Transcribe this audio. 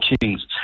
kings